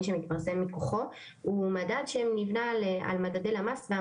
שמתפרסם מכוחו הוא מדד שנבנה על מדדי הלשכה המרכזית לסטטיסטיקה